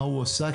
מה הוא עשה,